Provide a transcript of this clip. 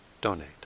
donate